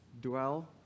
dwell